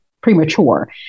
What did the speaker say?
premature